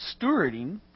stewarding